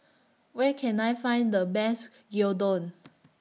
Where Can I Find The Best Gyudon